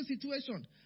situation